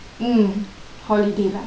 mm holiday lah